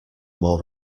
more